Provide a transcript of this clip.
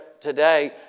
today